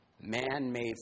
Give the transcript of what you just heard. man-made